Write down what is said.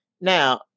Now